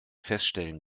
feststellen